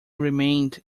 remained